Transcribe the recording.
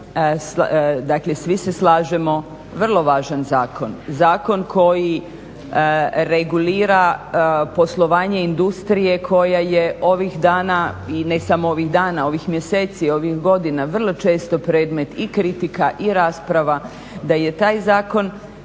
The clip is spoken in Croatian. Dakle svi se slažemo vrlo važan zakon, zakon koji regulira poslovanje industrije koja je ovih dana i ne samo ovih dana nego mjeseci, ovih godina vrlo često predmet i kritika i rasprava da je taj zakon